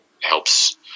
helps